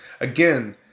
Again